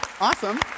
awesome